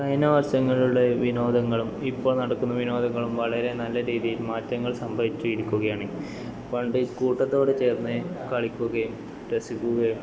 കഴിഞ്ഞ വർഷങ്ങളുടെ വിനോദങ്ങളും ഇപ്പം നടക്കുന്ന വിനോദങ്ങളും വളരെ നല്ല രീതിയിൽ മാറ്റങ്ങൾ സംഭവിച്ചിരിക്കുകയാണ് പണ്ട് കൂട്ടത്തോടെ ചേർന്ന് കളിക്കുകയും രസിക്കുകയും